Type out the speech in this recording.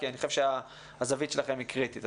כי אני חושב שהזווית שלכם היא קריטית.